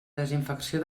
desinfecció